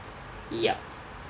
yup